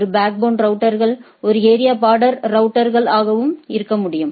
ஒரு backbone router ஒரு area border router ஆகவும் இருக்க முடியும்